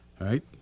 Right